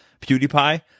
PewDiePie